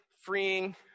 freeing